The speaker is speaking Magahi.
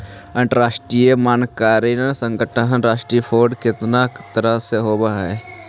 अंतरराष्ट्रीय मानकीकरण संगठन सर्टिफिकेट केतना तरह के होब हई?